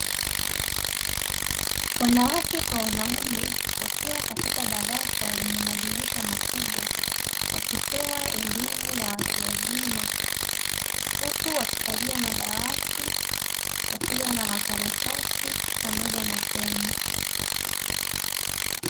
Wanawake kwa wanaume wakiwa katika darasa lenye madrisha makubwa. Wakipewa elimu ya watu wazima. Huku wakikalia madawati wakiwa na makaratasi pamoja na peni.